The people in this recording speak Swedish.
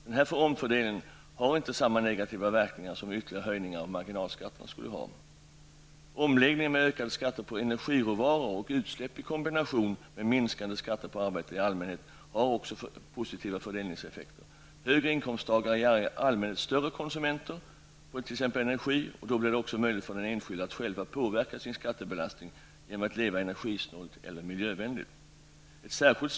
Denna omfördelning har inte samma negativa verkningar som en ytterligare höjning av marginalskatten skulle ha. Omläggningen med ökade skatter på energiråvaror och utsläpp i kombination med minskade skatter på arbete i allmänhet har också positiva fördelningseffekter. Högre inkomsttagare är i allmänhet större konsumenter av t.ex. energi, och då blir det också möjligt för den enskilde att själv påverka sin skattebelastning genom att leva energisnålt eller miljövänligt.